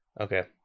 Okay